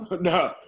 No